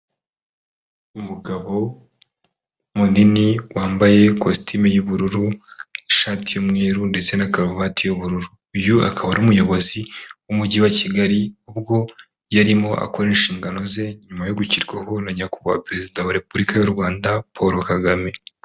Umugabo munini wambaye kositimu y'ubururu, ishati y'umweru ndetse na karuvati y'ubururu. Uyu akaba ari umuyobozi w'umujyi wa kigali, ubwo yarimo akora inshingano ze nyuma yo gushyirwaho na nyakubahwa perezida wa repubulika y'u Rwanda Paul Kagame.